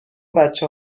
بچه